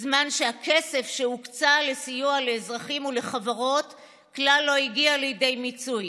בזמן שהכסף שהוקצה לסיוע לאזרחים ולחברות כלל לא הגיע לידי מיצוי.